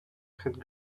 had